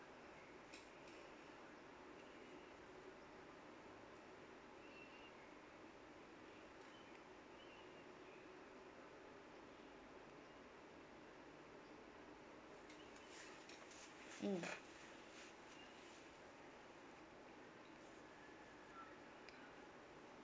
mm